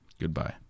goodbye